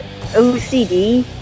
OCD